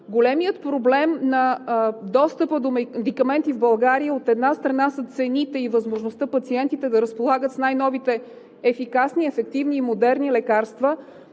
Големият проблем на достъпа до медикаменти в България, от една страна, са цените и възможността пациентите да разполагат с най-новите ефикасни, ефективни и модерни лекарства,